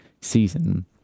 season